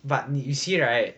but you see right